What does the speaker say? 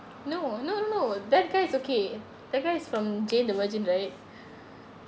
no no no no that guy's okay that guy is from jane the virgin right